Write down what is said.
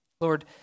Lord